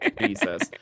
Jesus